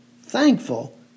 thankful